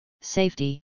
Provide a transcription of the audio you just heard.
safety